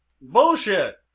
Bullshit